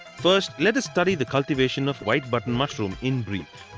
first let us study the cultivation of white button mushroom in brief.